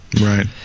Right